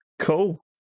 Cool